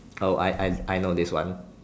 oh I I I know this one